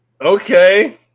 Okay